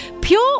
Pure